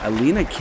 Alina